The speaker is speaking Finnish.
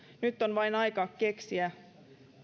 nyt on vain aika keksiä